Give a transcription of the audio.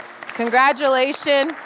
Congratulations